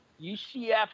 UCF